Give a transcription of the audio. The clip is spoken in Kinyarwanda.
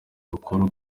bakuru